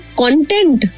content